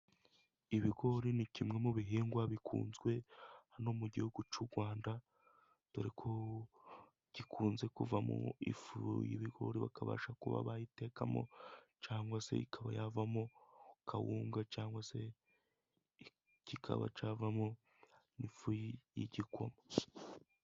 Ibigori ni kimwe mu bihingwa bikunzwe hano mu gihugu cy'u Rwanda, dore ko gikunze kuvamo ifu y'ibigori, bakabasha kuba bayitekamo. Cyangwa se ikaba yavamo kawunga, cyangwa se kikaba cyavamo n'ifu y'igikoma.